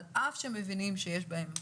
על אף ההבנה שיש בהן שוני.